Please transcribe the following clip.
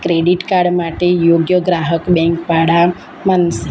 credit card માટે યોગ્ય ગ્રાહક બેંકવાળા માનશે